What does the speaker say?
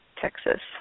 Texas